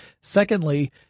Secondly